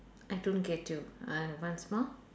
I don't get you uh once more